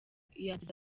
yagize